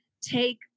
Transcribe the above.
take